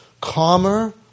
calmer